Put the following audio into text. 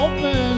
Open